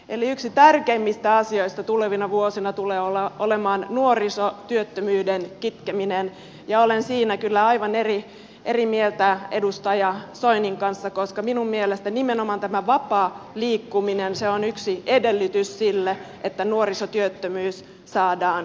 eli yksi tärkeimmistä asioista tulevina vuosina tulee olemaan nuorisotyöttömyyden kitkeminen ja olen siinä kyllä aivan eri mieltä edustaja soinin kanssa koska minun mielestäni nimenomaan tämä vapaa liikkuminen on yksi edellytys sille että nuorisotyöttömyys saadaan kitkettyä